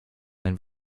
einen